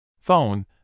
Phone